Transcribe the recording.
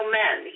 men